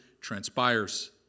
transpires